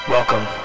Welcome